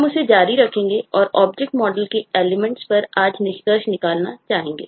हम उसे जारी रखेंगे और ऑब्जेक्ट मॉडल के बारे में चर्चा करेंगे